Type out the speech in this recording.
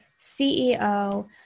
CEO